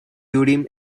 urim